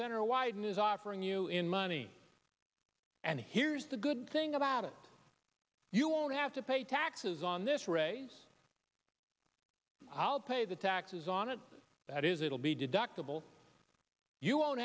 wyden is offering you in money and here's the good thing about it you won't have to pay taxes on this raise i'll pay the taxes on it that is it will be deductible you won't